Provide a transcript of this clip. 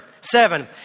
seven